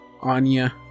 Anya